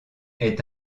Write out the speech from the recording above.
est